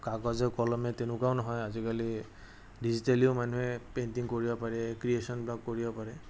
কাগজে কলমে তেনেকুৱাও নহয় আজিকালি ডিজিটেলিও মানুহে পেইণ্টিং কৰিব পাৰে ক্ৰিয়েশ্যন কৰিব পাৰে